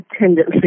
tendency